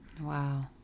Wow